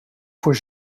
voor